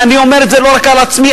ואני אומר את זה לא רק על עצמי,